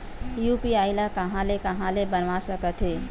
UPI ल कहां ले कहां ले बनवा सकत हन?